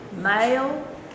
Male